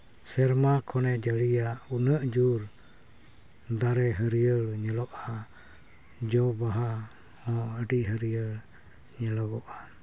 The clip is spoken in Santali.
ᱛᱤᱱᱟᱹᱜ ᱡᱳᱨ ᱥᱮᱨᱢᱟ ᱠᱷᱚᱱᱮ ᱡᱟᱹᱲᱤᱭᱟ ᱩᱱᱟᱹᱜ ᱡᱳᱨ ᱫᱟᱨᱮ ᱦᱟᱹᱲᱭᱟᱹᱨ ᱧᱮᱞᱚᱜᱼᱟ ᱡᱚ ᱵᱟᱦᱟ ᱦᱚᱸ ᱟᱹᱰᱤ ᱦᱟᱹᱲᱭᱟᱹᱨ ᱧᱮᱞᱚᱜᱚᱜᱼᱟ